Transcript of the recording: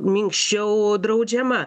minkščiau draudžiama